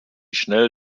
schnell